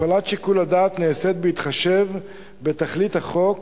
הפעלת שיקול הדעת נעשית בהתחשב בתכלית החוק,